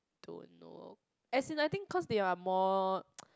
don't know as in like I think